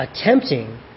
attempting